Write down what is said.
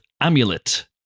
Amulet